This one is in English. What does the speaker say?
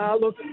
Look